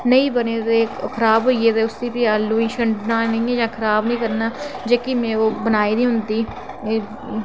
नेईं बनी ते खराब होइये दे उसी ते आलू गी भी छंडना निं ते खराब निं करना की में ओह् बनाई दी होंदी